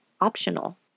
optional